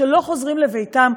שלא חוזרים לביתם?